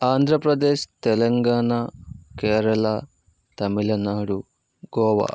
Andhra Pradesh Telangana Kerala Tamil Nadu Goa